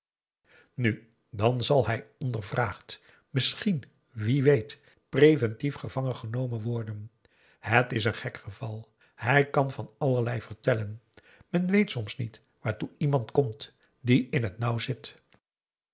nu dan zal hij ondervraagd misschien wie weet preventief gevangengenomen worden het is een gek geval hij kan van allerlei vertellen men weet soms niet waartoe iemand komt die in het nauw zit